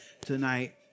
tonight